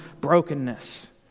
brokenness